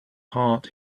heart